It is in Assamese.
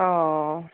অ